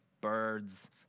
birds